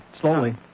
Slowly